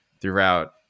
throughout